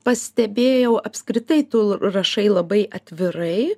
pastebėjau apskritai tu rašai labai atvirai